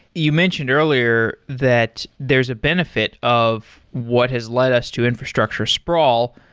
you mentioned earlier that there's a benefit of what has led us to infrastructure sprawl,